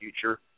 future